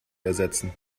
ersetzen